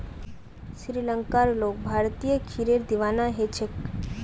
श्रीलंकार लोग भारतीय खीरार दीवाना ह छेक